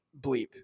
bleep